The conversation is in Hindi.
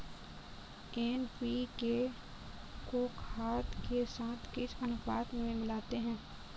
एन.पी.के को खाद के साथ किस अनुपात में मिलाते हैं?